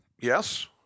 Yes